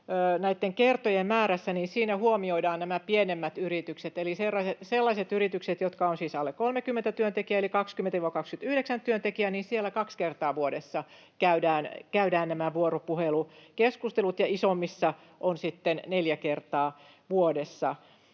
määrässä huomioidaan nämä pienemmät yritykset. Eli sellaisissa yrityksissä, joissa on alle 30 työntekijää, eli 20—29 työntekijää, kaksi kertaa vuodessa käydään nämä vuoropuhelukeskustelut, ja isommissa on sitten neljä kertaa vuodessa.